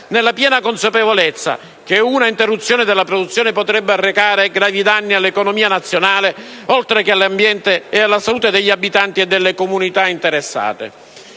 nella piena consapevolezza che una interruzione della produzione potrebbe arrecare gravi danni all'economia nazionale, oltre che all'ambiente e alla salute degli abitanti e delle comunità interessate.